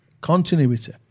Continuity